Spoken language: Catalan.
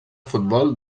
futbol